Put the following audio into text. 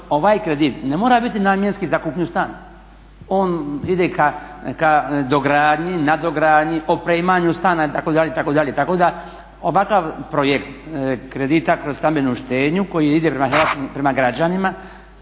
ovaj kredit ne mora biti namjenski za kupnju stana, on ide ka dogradnji, nadogradnji, opremanju stana itd., itd. Tako da ovakav projekt kredita kroz stambenu štednju koji ide prema građanima